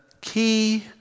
key